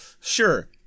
sure